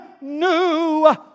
new